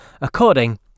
according